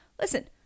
Listen